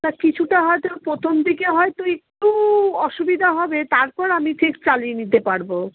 না কিছুটা হয়তো প্রথম দিকে হয়তো একটু অসুবিধা হবে তারপর আমি ঠিক চালিয়ে নিতে পারব